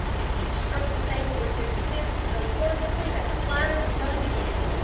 and he struck the table with his fist so forcibly that the platters rung again.